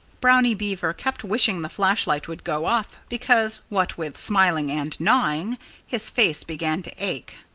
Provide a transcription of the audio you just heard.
brownie beaver kept wishing the flashlight would go off, because what with smiling and gnawing his face began to ache.